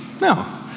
No